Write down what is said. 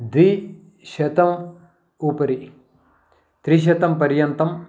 द्विशतस्य उपरि त्रिशतं पर्यन्तं